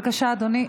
אדוני.